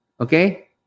Okay